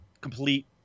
complete